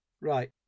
right